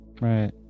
right